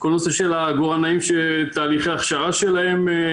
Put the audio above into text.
כל הנושא של תהליכי ההכשרה של העגורנאים,